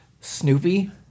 Snoopy